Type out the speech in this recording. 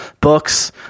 books